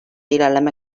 ilerleme